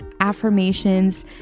affirmations